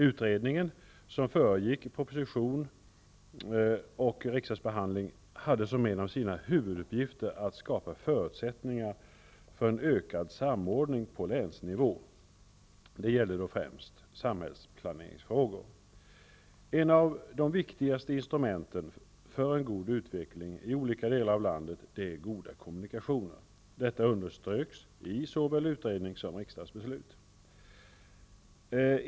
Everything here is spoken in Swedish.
Utredningen, som föregick proposition och riksdagsbehandling, hade som en av sina huvuduppgifter att skapa förutsättningar för en ökad samordning på länsnivå. Det gällde då främst samhällsplaneringsfrågor. Ett av de viktigaste instrumenten för en god utveckling i olika delar av landet är goda kommunikationer. Detta underströks i såväl utredning som riksdagsbeslut.